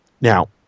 Now